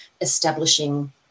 establishing